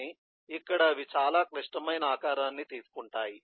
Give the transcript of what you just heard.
కానీ ఇక్కడ అవి చాలా క్లిష్టమైన ఆకారాన్ని తీసుకుంటాయి